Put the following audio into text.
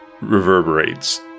reverberates